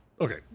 okay